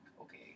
okay